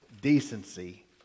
Decency